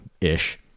ish